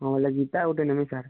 ହଁ ହେଲେ ଗୀତା ଗୁଟେ ନେବି ସାର୍